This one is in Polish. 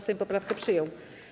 Sejm poprawkę przyjął.